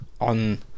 on